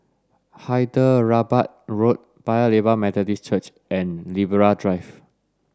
Hyderabad Road Paya Lebar Methodist Church and Libra Drive